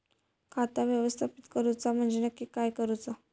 खाता व्यवस्थापित करूचा म्हणजे नक्की काय करूचा?